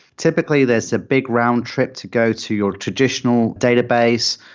typically there's a big round trip to go to your traditional database.